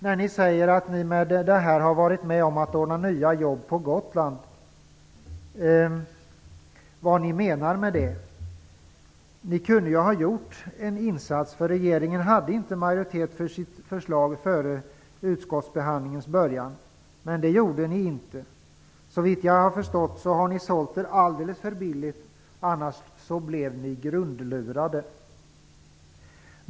Ni säger att ni i och med detta har varit med om att ordna nya jobb på Gotland. Vad menar ni med det? Ni kunde ha gjort en insats. Regeringen hade nämligen inte majoritet för sitt förslag före utskottsbehandlingens början. Men det gjorde ni inte. Så vitt jag förstår har ni sålt er alldeles för billigt. Annars blev ni grundlurade.